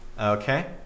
Okay